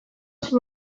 zein